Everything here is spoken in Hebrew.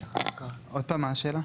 מצוין.